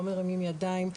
לא מרימים ידיים",